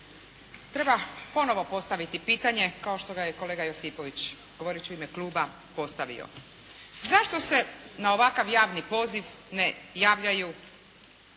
Treba ponovo postaviti pitanje kao što ga je kolega Josipović govoreći u ime kluba postavio. Zašto se na ovakav javni poziv ne javljaju